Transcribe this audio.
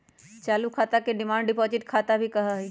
चालू खाता के डिमांड डिपाजिट खाता भी कहा हई